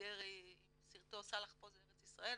דרעי עם סרטו "סאלח פה זה ארץ ישראל",